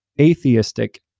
atheistic